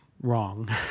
wrong